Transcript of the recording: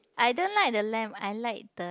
I don't like the lamb I like the